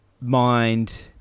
mind